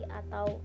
atau